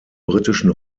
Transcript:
britischen